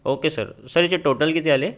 okay sir sir याचे total किती झाले